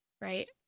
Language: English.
Right